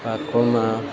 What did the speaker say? પાકોમાં